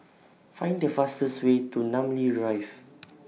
Find The fastest Way to Namly Drive